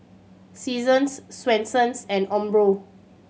Seasons Swensens and Umbro